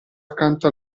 accanto